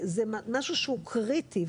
זה משהו שהוא קריטי,